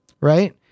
Right